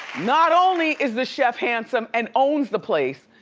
not only is the chef handsome and owns the place,